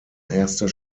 erster